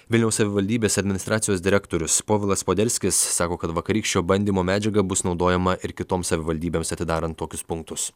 vilniaus savivaldybės administracijos direktorius povilas poderskis sako kad vakarykščio bandymo medžiaga bus naudojama ir kitom savivaldybėms atidarant tokius punktus